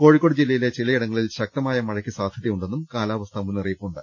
കോഴിക്കോട് ജില്ലയിലെ ചിലയിടങ്ങളിൽ ശക്തമായ മഴയ്ക്ക് സാധ്യതയുണ്ടെന്നും കാലാവസ്ഥാ മുന്നറിയിപ്പുണ്ട്